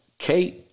Kate